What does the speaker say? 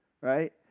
right